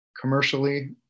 commercially